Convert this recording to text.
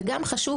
בנוסף,